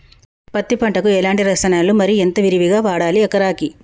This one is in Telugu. పత్తి పంటకు ఎలాంటి రసాయనాలు మరి ఎంత విరివిగా వాడాలి ఎకరాకి?